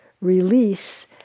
release